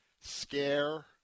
scare